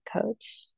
coach